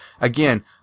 Again